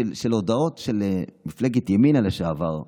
של הודעות של מפלגת ימינה לשעבר,